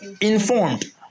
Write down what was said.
Informed